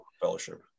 Fellowship